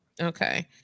Okay